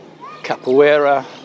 capoeira